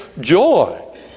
joy